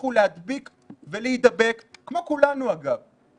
ימשיכו להדביק ולהידבק, כמו כולנו, אגב.